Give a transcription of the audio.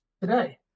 today